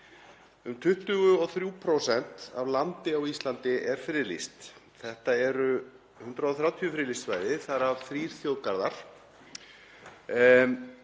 Um 23% af landi á Íslandi eru friðlýst. Þetta eru 130 friðlýst svæði, þar af þrír þjóðgarðar.